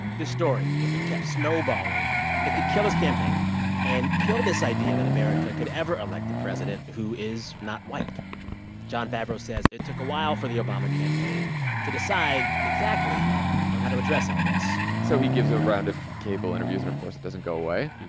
this story, if it kept snowballing it could kill his campaign and kill this idea that america could ever elect a president who is not white jon favreau says it took a while for the obama campaign to decide exactly on how to address all this so he gives a round of cable interviews. and, of course, it doesn't go away.